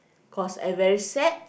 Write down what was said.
cause I very sad